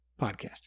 podcast